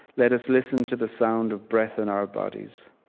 let us listen to the sound of breath in our bodies.